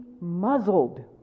muzzled